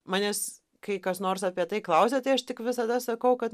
manęs kai kas nors apie tai klausia tai aš tik visada sakau kad